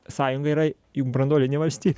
sąjunga yra juk branduolinė valstyb